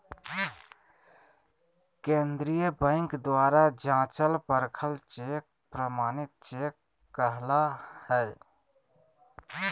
केंद्रीय बैंक द्वारा जाँचल परखल चेक प्रमाणित चेक कहला हइ